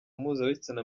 mpuzabitsina